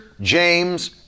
James